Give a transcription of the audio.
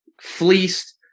fleeced